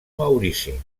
maurici